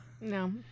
No